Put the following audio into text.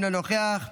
אינו נוכח,